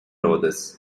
authors